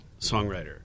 songwriter